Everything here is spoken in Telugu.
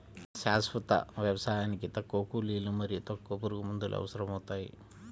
శాశ్వత వ్యవసాయానికి తక్కువ కూలీలు మరియు తక్కువ పురుగుమందులు అవసరమవుతాయి